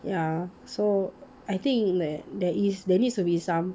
ya so I think that there is that needs to be some